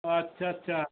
ও আচ্ছা আচ্ছা